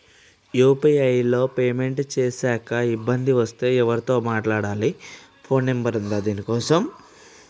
UPI లో payment చేశాక ఇబ్బంది వస్తే ఎవరితో మాట్లాడాలి? ఫోన్ నంబర్ ఉందా దీనికోసం?